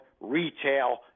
retail